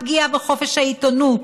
הפגיעה בחופש העיתונות,